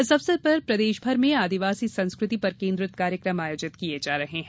इस अवसर पर प्रदेशभर में आदिवासी संस्कृति पर केन्द्रित कार्यकम आयोजित किये जा रहे हैं